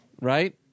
right